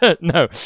no